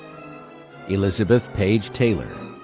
elizabeth page taylor,